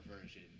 version